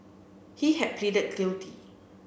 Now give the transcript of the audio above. he had pleaded guilty